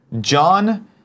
John